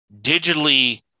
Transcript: digitally